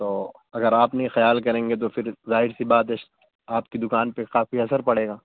تو اگر آپ نہیں خیال کریں گے تو فر ظاہر سی بات ہے آپ کی دکان پہ کافی اثر پڑے گا